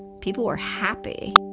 people were happy,